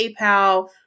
PayPal